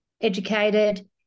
educated